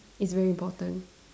is very important